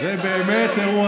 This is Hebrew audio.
זה באמת אירוע